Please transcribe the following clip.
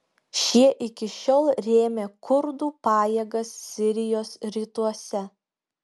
šie iki šiol rėmė kurdų pajėgas sirijos rytuose